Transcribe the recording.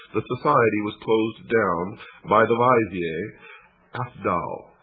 the society was closed down by the vizier afdal.